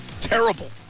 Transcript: terrible